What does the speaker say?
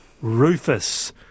Rufus